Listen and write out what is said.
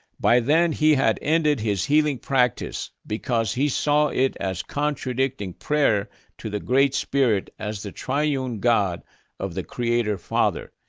by then, he had ended his healing practice, because he saw it as contradicting prayer to the great spirit as the triune god of the creator father,